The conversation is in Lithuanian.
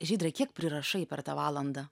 žydre kiek prirašai per tą valandą